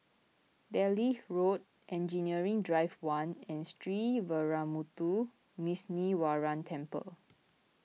Delhi Road Engineering Drive one and Sree Veeramuthu Muneeswaran Temple